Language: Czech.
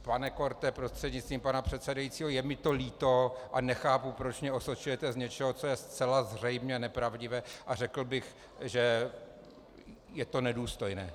Pane Korte prostřednictvím pana předsedajícího, je mi to líto a nechápu, proč mě osočujete z něčeho, co je zcela zřejmě nepravdivé a řekl bych, že je to nedůstojné.